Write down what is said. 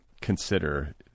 consider